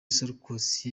sarkozy